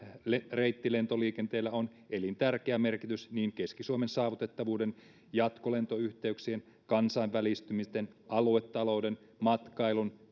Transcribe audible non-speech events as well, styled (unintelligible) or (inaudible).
reittilentoliikenteellä on elintärkeä merkitys niin keski suomen saavutettavuuden jatkolentoyhteyksien kansainvälistymisten aluetalouden matkailun (unintelligible)